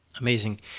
Amazing